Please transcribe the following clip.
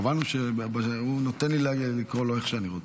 קבענו שהוא נותן לי לקרוא לו איך שאני רוצה.